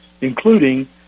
including